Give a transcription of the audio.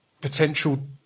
potential